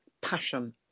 passion